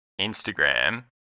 Instagram